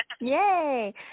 Yay